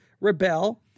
rebel